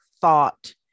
thought